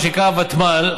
מה שנקרא הוותמ"ל,